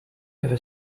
ever